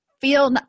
feel